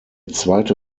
zweite